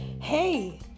Hey